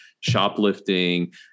shoplifting